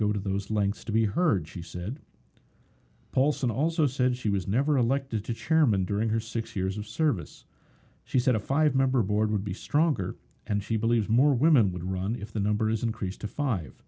go to those lengths to be heard she said polson also said she was never elected to chairman during her six years of service she said a five member board would be stronger and she believes more women would run if the numbers increase to five